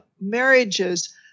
marriages